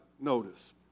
notice